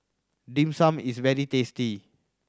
Dim Sum is very tasty